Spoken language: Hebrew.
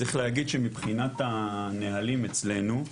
צריך להגיד, שמבחינת הנהלים אצלנו,